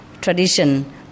tradition